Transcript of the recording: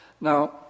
Now